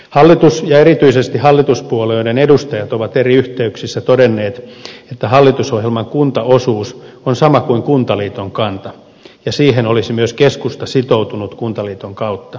hallitus ja erityisesti hallituspuolueiden edustajat ovat eri yhteyksissä todenneet että hallitusohjelman kuntaosuus on sama kuin kuntaliiton kanta ja että siihen olisi myös keskusta sitoutunut kuntaliiton kautta